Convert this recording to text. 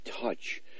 touch